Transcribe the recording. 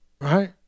Right